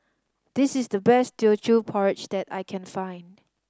this is the best Teochew Porridge that I can find